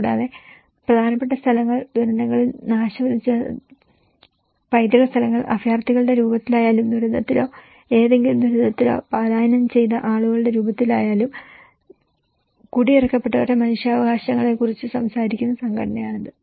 കൂടാതെ പ്രധാനപ്പെട്ട സ്ഥലങ്ങൾ ദുരന്തങ്ങളിൽ നാശം വിതച്ച പൈതൃക സ്ഥലങ്ങൾ അഭയാർത്ഥികളുടെ രൂപത്തിലായാലും യുദ്ധത്തിലോ ഏതെങ്കിലും ദുരന്തത്തിലോ പലായനം ചെയ്ത ആളുകളുടെ രൂപത്തിലായാലും കുടിയിറക്കപ്പെട്ടവരുടെ മനുഷ്യാവകാശങ്ങളെക്കുറിച്ച് സംസാരിക്കുന്ന സംഘടനയാണ് UNHC